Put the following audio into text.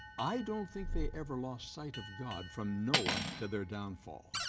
i don't think they ever lost sight of god from noah to their downfall.